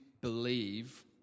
believe